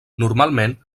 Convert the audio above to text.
normalment